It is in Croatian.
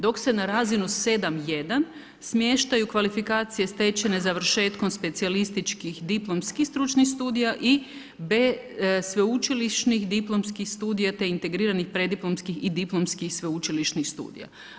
Dok se na razinu 7.1. smještaju kvalifikacije stečene završetkom specijalističkih diplomskih stručnih studija i B sveučilišnih diplomskih studija te integriranih preddiplomskih i diplomskih sveučilišnih studija.